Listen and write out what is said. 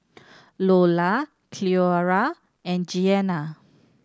Loula Cleora and Jeana